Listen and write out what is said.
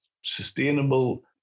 sustainable